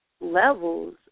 levels